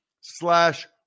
slash